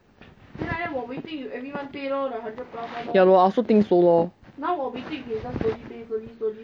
ya lor I also think so lor